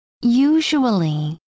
Usually